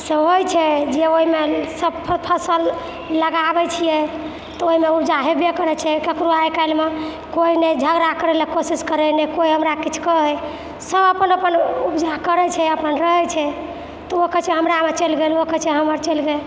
से होइ छै जे ओहिमे सब फसल लगाबै छियै तऽ ओहिमे ऊपजा हेबे करै छै ककरो आइकाल्हि मे कोइ नहि झगड़ा करैलए कोशिश करै नहि कोइ हमरा किछु कहै सब अपन अपन ऊपजा करै छै अपन रहै छै तऽ ओ कहै छै हमरा मे चलि गेल ओ कहै छै हमर चलि गेल